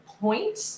point